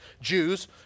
Jews